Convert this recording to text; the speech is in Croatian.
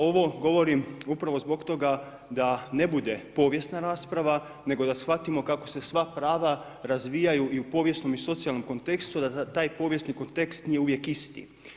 Ovo govorim upravo zbog toga da ne bude povijesna rasprava nego da shvatimo kako se sva prava razvijaju i u povijesnom i socijalnom kontekstu a da taj povijesni kontekst nije uvijek isti.